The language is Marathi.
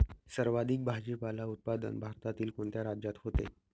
सर्वाधिक भाजीपाला उत्पादन भारतातील कोणत्या राज्यात होते?